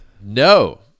no